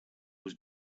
was